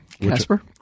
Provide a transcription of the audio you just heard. Casper